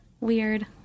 weird